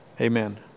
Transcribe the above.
Amen